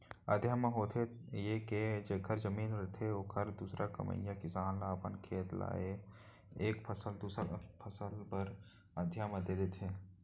अधिया म होथे ये के जेखर जमीन रथे ओहर दूसर कमइया किसान ल अपन खेत ल एक फसल, दू फसल बर अधिया म दे देथे